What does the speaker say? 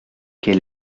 quel